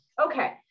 Okay